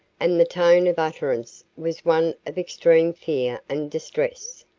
and the tone of utterance was one of extreme fear and distress.